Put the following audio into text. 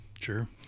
Sure